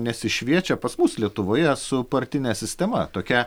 nesišviečia pas mus lietuvoje su partine sistema tokia